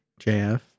JF